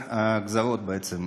הגזרות, בעצם: